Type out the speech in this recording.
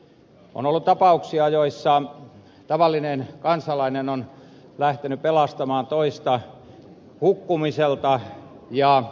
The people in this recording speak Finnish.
on ollut tapauksia joissa tavallinen kansalainen on lähtenyt pelastamaan toista hukkumiselta eikä tässä hänelle sattuneita vahinkoja ole korvattu